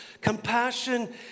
Compassion